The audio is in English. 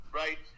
right